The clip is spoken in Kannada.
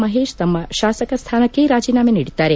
ಮಹೇಶ್ ತಮ್ಮ ಶಾಸಕ ಸ್ಥಾನಕ್ಕೆ ರಾಜೀನಾಮೆ ನೀಡಿದ್ದಾರೆ